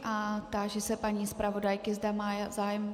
A táži se paní zpravodajky, zda má zájem...